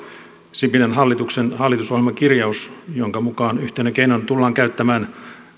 sipilän hallituksen hallitusohjelman kirjaus jonka mukaan yhtenä keinona tullaan käyttämään